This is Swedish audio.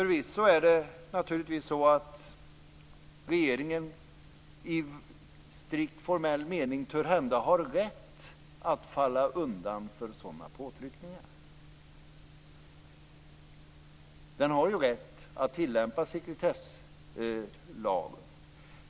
Regeringen har i strikt formell mening törhända rätt att falla undan för sådana påtryckningar. Den har ju rätt att tillämpa sekretesslagen.